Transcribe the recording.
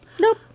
Nope